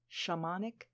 Shamanic